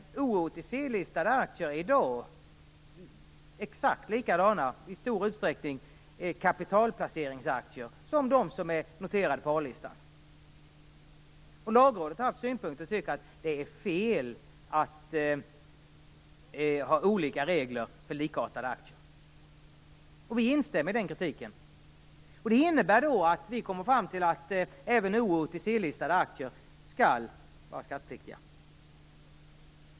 O och OTC-listade kapitalplaceringsaktier är i stor utsträckning exakt likadana som de som är noterade på A-listan. Lagrådet har synpunkten att det är fel att ha olika regler för likartade aktier, och vi instämmer i kritiken. Vi har kommit fram till att även O och OTC-listade aktier skall vara skattepliktiga.